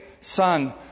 Son